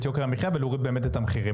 יוקר המחייה ולהוריד באמת את המחירים.